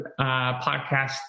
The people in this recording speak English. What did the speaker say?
podcast